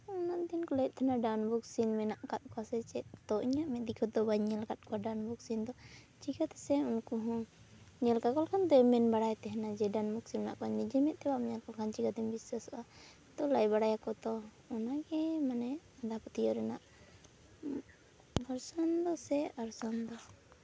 ᱩᱱᱟᱹᱜ ᱫᱤᱱ ᱠᱚ ᱞᱟᱹᱭᱮᱜ ᱛᱟᱦᱮᱱᱟ ᱰᱟᱹᱱ ᱵᱷᱩᱛ ᱢᱮᱱᱟᱜ ᱠᱟᱜ ᱠᱚᱣᱟ ᱥᱮ ᱪᱮᱜ ᱛᱚ ᱤᱧᱟᱹᱜ ᱢᱮᱜ ᱫᱤᱠᱷᱩᱛ ᱫᱚ ᱵᱟᱹᱧ ᱧᱮᱞ ᱠᱟᱜ ᱠᱚᱣᱟ ᱰᱟᱹᱱ ᱵᱷᱩᱠᱥᱤᱱ ᱫᱚ ᱪᱤᱠᱟᱹ ᱛᱮᱥᱮ ᱩᱱᱠᱩ ᱦᱚᱸ ᱧᱮᱞ ᱠᱟᱠᱚ ᱞᱮᱠᱷᱟᱱ ᱢᱮᱱ ᱵᱟᱲᱟᱭ ᱛᱟᱦᱮᱱᱟ ᱡᱮ ᱰᱟᱹᱱ ᱵᱷᱚᱠᱥᱤᱱ ᱢᱮᱱᱟᱜ ᱠᱚᱣᱟ ᱱᱤᱡᱮ ᱢᱮᱫ ᱛᱮ ᱵᱟᱢ ᱧᱮᱞ ᱞᱮᱠᱚ ᱠᱷᱟᱱ ᱪᱤᱡᱟᱹᱛᱮᱢ ᱵᱤᱥᱥᱟᱹᱥᱚᱜᱼᱟ ᱛᱚ ᱞᱟᱹᱭ ᱵᱟᱲᱟᱭᱟᱠᱚ ᱛᱚ ᱚᱱᱟᱜᱮ ᱢᱟᱱᱮ ᱟᱸᱫᱷᱟ ᱯᱟᱹᱛᱭᱟᱹᱣ ᱨᱮᱱᱟᱜ ᱵᱷᱚᱨᱥᱚᱝ ᱫᱚ ᱥᱮ ᱚᱨᱥᱚᱝ ᱫᱚ